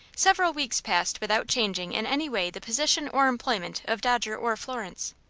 several weeks passed without changing in any way the position or employment of dodger or florence.